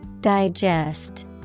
Digest